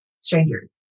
strangers